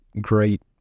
great